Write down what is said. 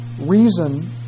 Reason